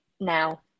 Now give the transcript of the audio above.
now